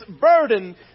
burden